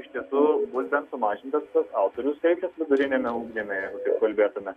iš tiesų bus bent sumažintas tas autorių skaičius vidurtiniame ugdyme ir kaip kalbėtume